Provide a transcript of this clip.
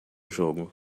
jogo